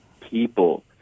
people